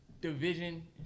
division –